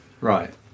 Right